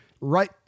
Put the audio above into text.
right